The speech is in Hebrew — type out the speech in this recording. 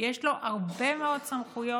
יש לו הרבה מאוד סמכויות